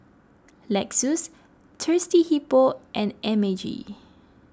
Lexus Thirsty Hippo and M A G